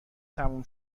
تموم